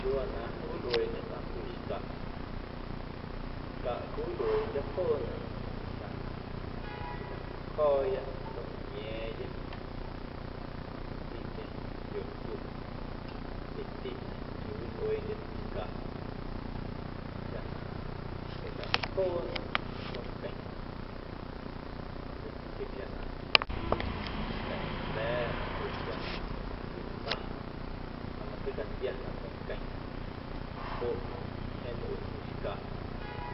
Chiuuwaa na nncwilꞌueeꞌñe tsꞌaⁿ cwii xcaꞌ, xcaꞌ cwiwilꞌueeꞌndyo̱ joonaꞌ chaꞌ na quilacjo̱o̱ya soonquia̱a̱ⁿya majndeiiticheⁿ yolcu jndyeti na quiwilꞌueeꞌndyena xcaꞌ chaꞌ na cwilacjoona soonqueⁿna majndeiiticheⁿ quia na jnda̱ jnda̱a̱ꞌna oo quia na cwindana na matseicatquianaꞌ soonqueⁿna joꞌ na jeeⁿ lꞌue cwii xcaꞌ